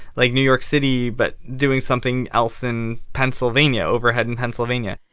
like, new york city but doing something else in pennsylvania, overhead in pennsylvania?